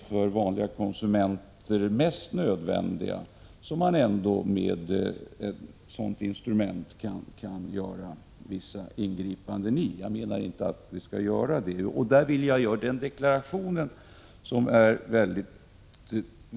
1986/87:46 viktigaste för vanliga konsumenter, kan man ändå göra vissa ingripanden 10 december 1986 med ett sådant instrument. Men jag menar inte att vi skall göra detta.